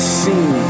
seen